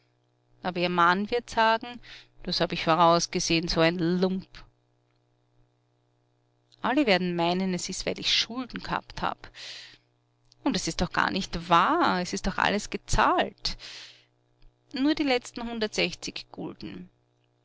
aber ihr mann wird sagen das hab ich vorausgesehen so ein lump alle werden meinen es ist weil ich schulden gehabt hab und es ist doch gar nicht wahr es ist doch alles gezahlt nur die letzten hundertsechzig gulden